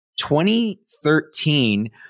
2013